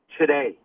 today